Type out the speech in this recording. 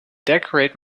decorate